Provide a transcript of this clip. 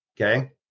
okay